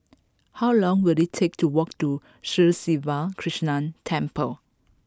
how long will it take to walk to Sri Siva Krishna Temple